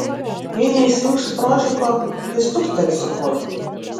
jei neįsijungsi prožiko tai stuktelsi kur